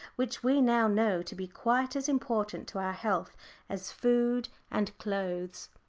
which we now know to be quite as important to our health as food and clothes.